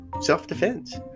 self-defense